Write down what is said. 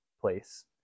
place